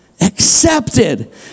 accepted